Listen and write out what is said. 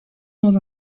dans